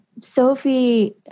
Sophie